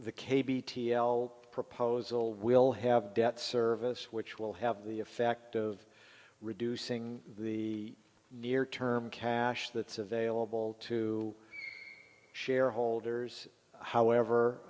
the k b t l proposal will have debt service which will have the effect of reducing the near term cash that's available to shareholders however